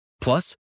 Plus